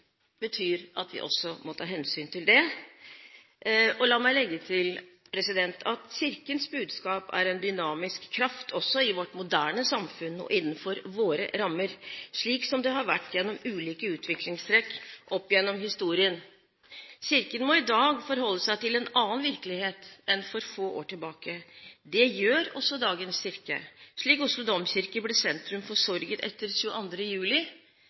La meg legge til: Kirkens budskap er en dynamisk kraft også i vårt moderne samfunn og innenfor våre rammer, slik som det har vært gjennom ulike utviklingstrekk opp gjennom historien. Kirken må i dag forholde seg til en annen virkelighet enn for få år tilbake. Det gjør også dagens kirke, slik Oslo domkirke ble sentrum for sorgen etter 22. juli